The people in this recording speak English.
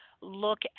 look